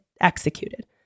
executed